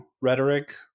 rhetoric –